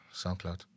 SoundCloud